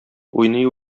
уйный